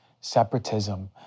separatism